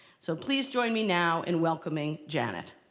so please join me now in welcoming janet.